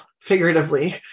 figuratively